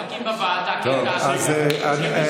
אתה היית לפרקים בוועדה כי היית עסוק.